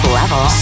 level